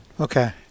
Okay